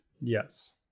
Yes